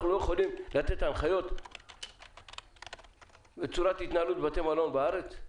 אנחנו לא יכולים לתת הנחיות לצורת התנהלות של בתי המלון בארץ?